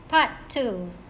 part two